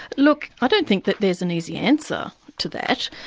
look, i don't think that there's an easy answer to that.